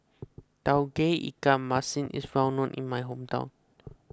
Tauge Ikan Masin is well known in my hometown